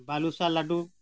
ᱵᱟᱞᱩᱥᱟ ᱞᱟᱹᱰᱩ